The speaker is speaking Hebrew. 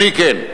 אני כן.